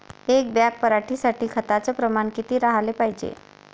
एक बॅग पराटी साठी खताचं प्रमान किती राहाले पायजे?